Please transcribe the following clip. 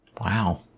Wow